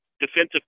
defensive